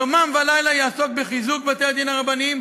יומם ולילה יעסוק בחיזוק בתי-הדין הרבניים